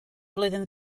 flwyddyn